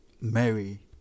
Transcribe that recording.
Mary